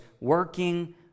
working